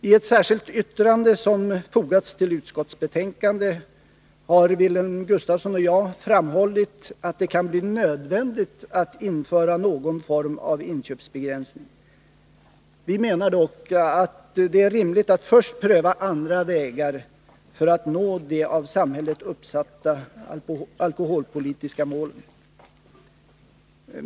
I ett särskilt yttrande som har fogats till utskottsbetänkandet har Wilhelm Gustafsson och jag framhållit att det kan bli nödvändigt att införa någon form av inköpsbegränsning. Vi menar dock att det är rimligt att först pröva andra vägar för att nå de av samhället uppsatta alkoholpolitiska målen.